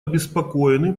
обеспокоены